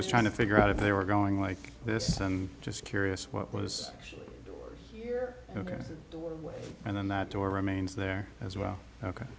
was trying to figure out if they were going like this and just curious what was actually here and then that door remains there as well ok